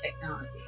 technology